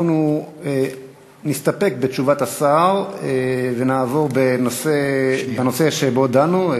אנחנו נסתפק בתשובת השר בנושא שבו דנו,